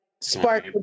spark